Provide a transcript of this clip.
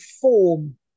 form